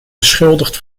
beschuldigd